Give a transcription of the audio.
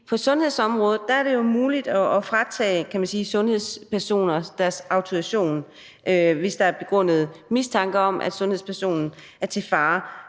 på sundhedsområdet er det jo muligt at fratage, kan man sige, sundhedspersoner deres autorisation, hvis der er begrundet mistanke om, at sundhedspersonen er til fare